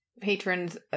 patrons